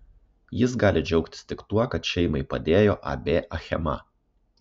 jis gali džiaugtis tik tuo kad šeimai padėjo ab achema